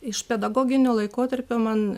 iš pedagoginio laikotarpio man